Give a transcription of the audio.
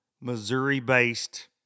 Missouri-based